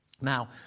now